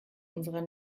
unserer